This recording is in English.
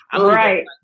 right